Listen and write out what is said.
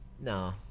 no